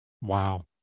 Wow